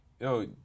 yo